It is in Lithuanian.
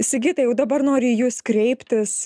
sigitai jau dabar noriu į jus kreiptis